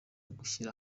gushyira